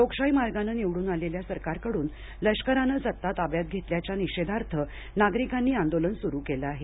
लोकशाही मार्गानं निवडून आलेल्या सरकारकडून लष्करानं सत्ता ताब्यात घेतल्याच्या निषेधार्थ नागरिकांनी आंदोलन सुरू केलं आहे